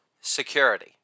security